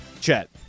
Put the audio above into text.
Chet